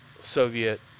Soviet